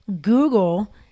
Google